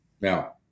Now